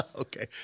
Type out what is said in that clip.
Okay